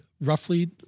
roughly